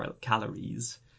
calories